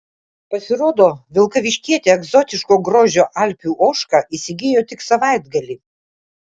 pasirodo vilkaviškietė egzotiško grožio alpių ožką įsigijo tik savaitgalį